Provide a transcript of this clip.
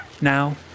Now